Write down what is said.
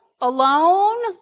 alone